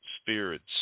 spirits